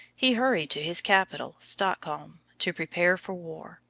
he hurried to his capital, stockholm, to prepare for war,